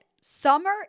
summer